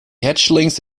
hatchlings